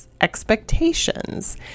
expectations